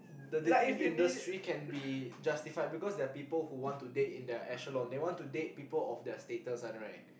the dating industry can be justified because there are people who want to date in their they want to date people of their status [one] right